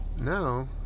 Now